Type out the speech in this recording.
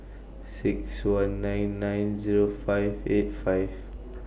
six one nine nine Zero five eight five